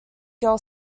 girl